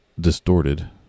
distorted